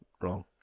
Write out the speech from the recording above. Wrong